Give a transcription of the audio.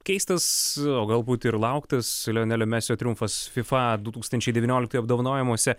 keistas o galbūt ir lauktas lionelio mesio triumfas fifa du tūkstančiai devynioliktųjų apdovanojimuose